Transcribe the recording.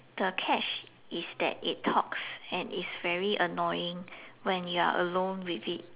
the catch is that it talks and is very annoying when you are alone with it